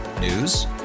News